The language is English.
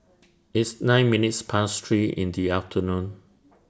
its nine minutes Past three in The afternoon